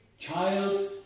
child